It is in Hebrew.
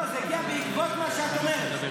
לא, זה הגיע בעקבות מה שאת אומרת.